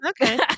okay